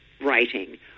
writing